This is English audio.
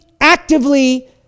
actively